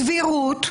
סבירות,